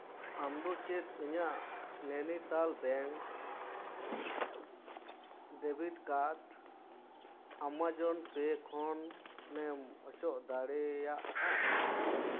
ᱟᱢ ᱫᱚ ᱪᱮᱫ ᱤᱧᱟᱹᱜ Nainital bank debit card Amazon pay ᱠᱷᱚᱱᱮᱢ ᱚᱪᱚᱜ ᱫᱟᱲᱮᱭᱟᱜᱼᱟ